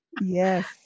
Yes